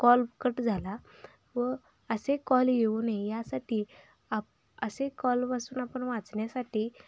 call cut झाला व असे कॉल येऊ नये यासाठी आप असे कॉलपासून आपण वाचण्यासाठी